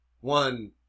one